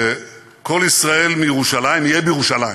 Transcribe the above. ש"קול ישראל מירושלים" יהיה בירושלים.